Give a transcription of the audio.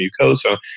mucosa